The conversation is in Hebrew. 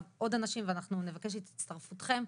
עוד אנשים ואנחנו נבקש את הצטרפותכם.